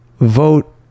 vote